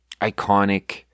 iconic –